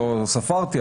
לא ספרתי,